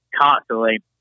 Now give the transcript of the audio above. constantly